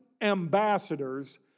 ambassadors